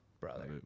brother